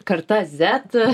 karta zet